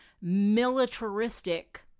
militaristic